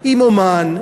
עם אמן,